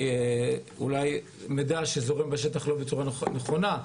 אולי יש מידע שזורם בשטח בצורה לא נכונה,